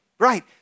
Right